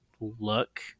look